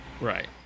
Right